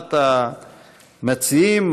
ראשונת המציעים,